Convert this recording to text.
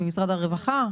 ממשרד הרווחה?